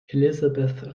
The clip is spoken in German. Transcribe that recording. elisabeth